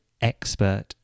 expert